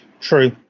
True